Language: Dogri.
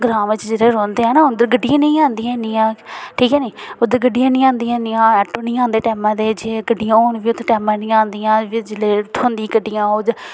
ग्रांऽ बिच जेह्ड़े रौह्ंदे ऐं ना उद्धर गड्डियां निं आंदियां हैन इ'न्नियां ठीक ऐ नी उद्धर गड्डियां निं आंदियां हैन ऑटो निं आंदे टैमा दे जे गड्डियां होन बी उ'त्थें टैमा दी निं आंदियां जेल्लै थ्होंदियां गड्डियां ओह् ते